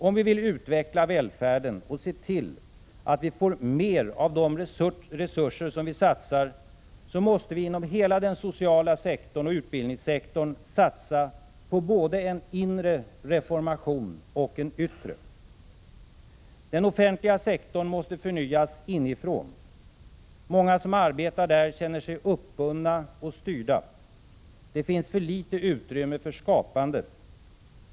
Om vi vill utveckla välfärden och se till att vi får ut mer av de resurser vi satsar måste vi inom hela den sociala sektorn och utbildningssektorn satsa på både en inre reformation och en yttre. Den offentliga sektorn måste förnyas inifrån. Många som arbetar där känner sig uppbundna och styrda. Det finns för litet utrymme för skapande.